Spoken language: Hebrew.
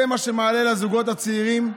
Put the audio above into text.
זה מה שמעלה לזוגות הצעירים.